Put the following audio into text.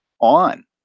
on